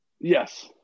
yes